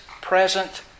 present